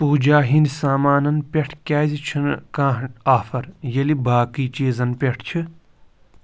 پوٗجا ہِنٛدۍ سامانن پٮ۪ٹھ کیٛازِ چھُنہٕ کانٛہہ آفر ییٚلہِ باقٕے چیٖزن پٮ۪ٹھ چھِ